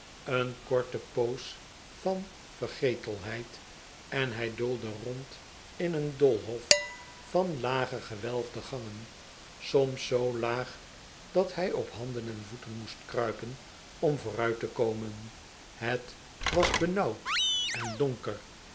een korte poos van vergetelheid en hij doolde rond in een doolhof van lage gewelfde gangen soms zoo laag dat hij op handen en voeten moest kruipen om vooruit te komen het was benauwd en donker